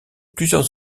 plusieurs